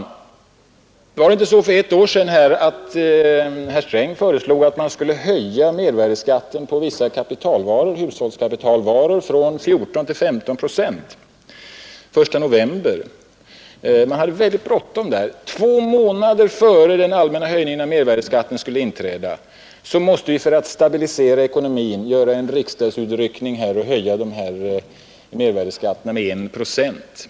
Var det inte så för ett år sedan att herr Sträng föreslog att man skulle höja mervärdeskatten på vissa hushållskapitalvaror från 14 till 15 procent den I november? Man hade mycket bråttom; två månader innan den allmänna höjningen av mervärdeskatten skulle inträda måste vi, för att stabilisera ekonomin, göra en riksdagsutryckning och höja mervärdeskatten på dessa varor med 1 procent.